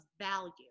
value